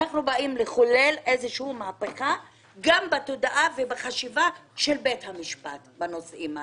אנחנו באים לחולל מהפיכה גם בתודעת ובחשיבת בית המשפט בנושאים הללו.